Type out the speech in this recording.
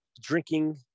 drinking